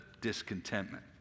discontentment